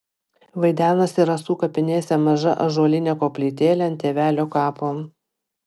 vaidenasi rasų kapinėse maža ąžuolinė koplytėlė ant tėvelio kapo